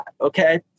Okay